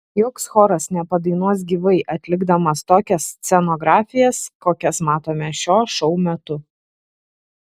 joks choras nepadainuos gyvai atlikdamas tokias scenografijas kokias matome šio šou metu